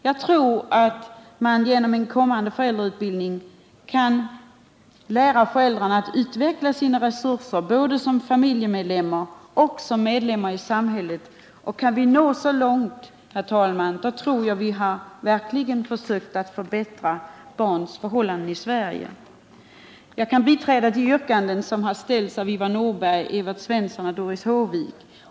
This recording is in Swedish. Jag tror att man genom en kommande föräldrautbildning kan hjälpa föräldrarna att utveckla sina resurser både som familjemedlemmar och som medlemmar i samhället. Kan vi nå så långt, herr talman, tror jag att vi verkligen har försökt att förbättra barns förhållanden i Sverige. Jag kan biträda de yrkanden som har ställts av Ivar Nordberg, Evert Svensson och Doris Håvik.